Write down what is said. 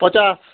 ପଚାଶ୍